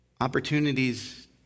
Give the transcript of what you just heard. Opportunities